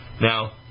Now